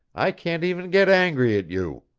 i can't even get angry at you!